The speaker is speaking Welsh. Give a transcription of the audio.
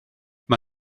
mae